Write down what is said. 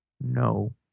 No